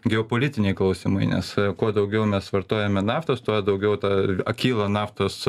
geopolitiniai klausimai nes kuo daugiau mes vartojame naftos tuo daugiau ta akyla naftos